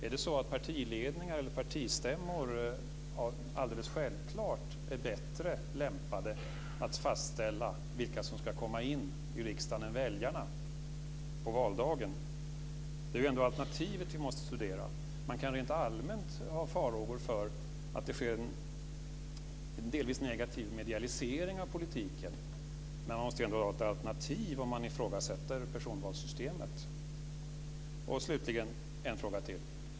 Är partiledningar eller partistämmor alldeles självklart bättre lämpade att fastställa vilka som ska komma in i riksdagen än väljarna på valdagen? Vi måste studera alternativet. Det går att rent allmänt ha farhågor för att det sker en delvis negativ medialisering av politiken, men det måste finnas ett alternativ om man ifrågasätter personvalssystemet.